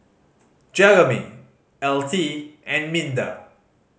Jeromy Altie and Minda